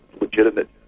legitimate